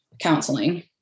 counseling